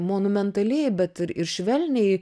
monumentaliai bet ir ir švelniai